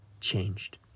changed